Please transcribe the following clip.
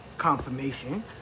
Confirmation